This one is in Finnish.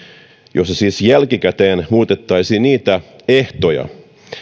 jossa siis jälkikäteen muutettaisiin niitä ehtoja